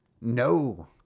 No